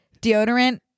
Deodorant